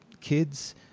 kids